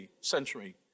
century